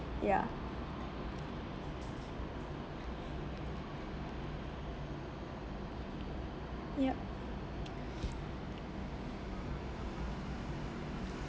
ya yup